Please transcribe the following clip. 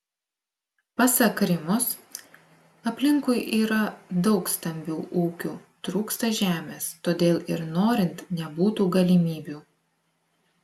pasak rimos aplinkui yra daug stambių ūkių trūksta žemės todėl ir norint nebūtų galimybių